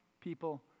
people